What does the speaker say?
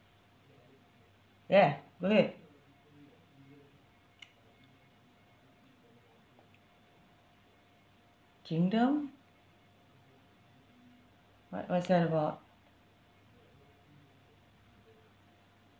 ya go ahead kingdom what what's that about